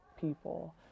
people